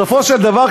בסופו של דבר,